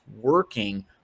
working